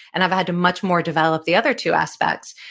and i've had to much more develop the other two aspects.